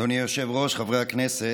אדוני היושב-ראש, חברי הכנסת,